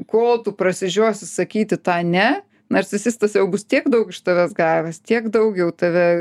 kol tu prasižiosi sakyti tą ne narcisistas jau bus tiek daug iš tavęs gavęs tiek daug jau tave